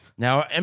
Now